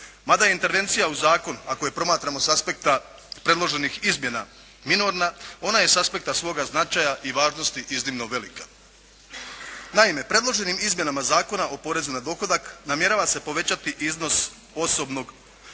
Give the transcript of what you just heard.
Mada je intervencija u zakon ako je promatramo s aspekta predloženih izmjena minorna ona je s aspekta svoga značaja i važnosti iznimno velika. Naime predloženim izmjenama Zakona o porezu na dohodak namjerava se povećati iznos osobnog, osnovnog